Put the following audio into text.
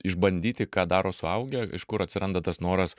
išbandyti ką daro suaugę iš kur atsiranda tas noras